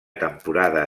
temporada